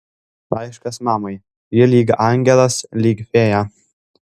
laiškas mamai ji lyg angelas lyg fėja